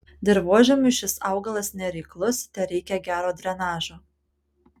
dirvožemiui šis augalas nereiklus tereikia gero drenažo